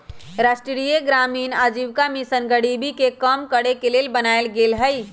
राष्ट्रीय ग्रामीण आजीविका मिशन गरीबी के कम करेके के लेल बनाएल गेल हइ